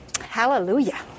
Hallelujah